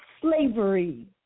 slavery